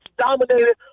dominated